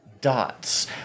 dots